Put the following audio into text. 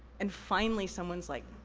and finally, someone's like,